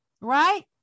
right